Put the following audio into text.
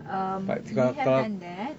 um we have done that